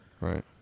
Right